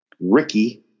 Ricky